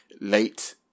late